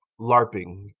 LARPing